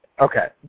Okay